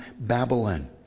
Babylon